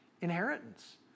inheritance